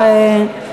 ומוכר,